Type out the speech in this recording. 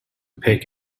pick